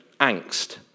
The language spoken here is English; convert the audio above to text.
angst